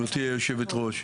גברתי היושבת-ראש,